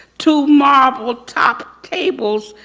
two marble top tables,